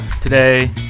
today